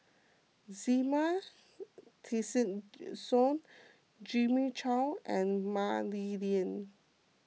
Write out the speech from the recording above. Zena Tessensohn Jimmy Chok and Mah Li Lian